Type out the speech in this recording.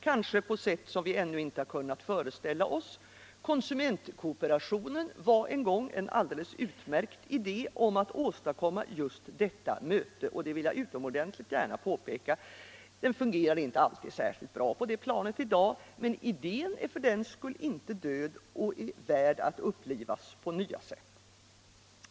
kanske på sätt vi ännu inte har kunnat föreställa oss. Konsumentkooperationen var en gång en alldeles utmärkt idé om att åstadkomma just detta möte — det vill jag gärna framhålla. Den fungerar inte alltid bra på det planet i dag, men idén är för den skull inte död utan den är värd atvt upplivas på nytt sätt.